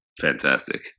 fantastic